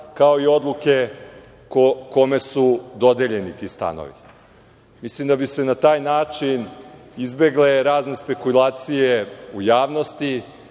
kao i odluke kome su dodeljeni ti stanovi. Mislim da bi se na taj način izbegle razne spekulacije u javnosti,